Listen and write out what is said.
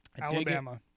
Alabama